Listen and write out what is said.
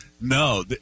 No